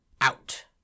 out